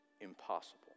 Impossible